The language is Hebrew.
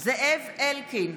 בהצבעה זאב אלקין,